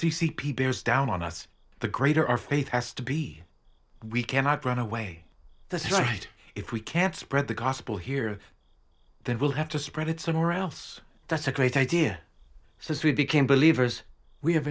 c c p bears down on us the greater our faith has to be we cannot run away that's right if we can't spread the gospel here then we'll have to spread its own or else that's a great idea says we became believers we have